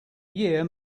year